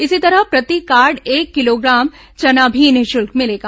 इसी तरह प्रति कार्ड एक किलो चना भी निःशुल्क मिलेगा